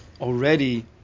already